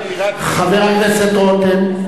השאלה אם יש גם, חבר הכנסת רותם.